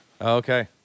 Okay